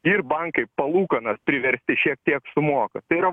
ir bankai palūkanas priversti šiek tiek sumoka tai yra